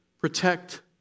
protect